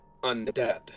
undead